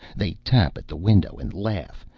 they tap at the window, and laugh.